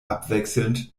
abwechselnd